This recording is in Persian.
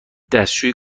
دستشویی